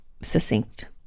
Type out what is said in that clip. succinct